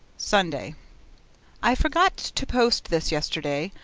sunday i forgot to post this yesterday,